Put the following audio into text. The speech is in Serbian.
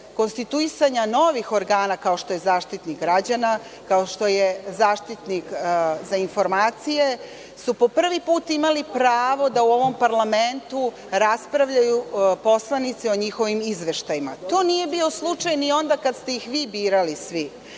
konstituisanja novih organa kao što je Zaštitnik građana, kao što je Zaštitnik za informacije, imali pravo da u ovom parlamentu raspravljaju poslanici o njihovim izveštajima. To nije bio slučaj ni onda kada ste ih vi birali svi,